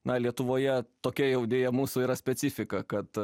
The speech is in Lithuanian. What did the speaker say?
na lietuvoje tokia jau deja mūsų yra specifika kad